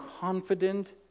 confident